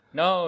no